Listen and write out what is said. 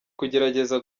kugerageza